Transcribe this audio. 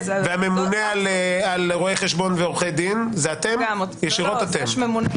והממונה על רואי חשבון ועורכי דין זה ישירות אתם?